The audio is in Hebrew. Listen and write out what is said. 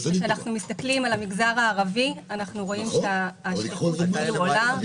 כשאנחנו מסתכלים על המגזר הערבי אנחנו רואים שהשכיחות עולה.